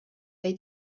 they